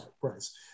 price